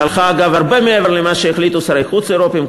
שהלכה הרבה מעבר למה שהלכו שרי חוץ אירופים.